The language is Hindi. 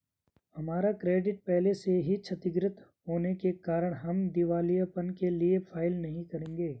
हमारा क्रेडिट पहले से ही क्षतिगृत होने के कारण हम दिवालियेपन के लिए फाइल नहीं करेंगे